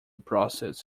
process